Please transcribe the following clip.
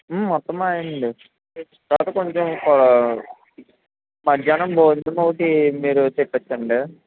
మొత్తం మాయేనండి కాపోతే కొంచెం కొ మధ్యానం భోజనం ఒకటీ మీరు తెప్పిచ్చండీ